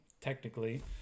technically